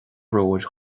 bróid